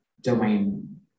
domain